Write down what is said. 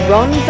Ron